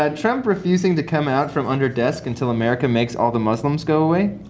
ah trump refusing to come out from under desk until america makes all the muslims go away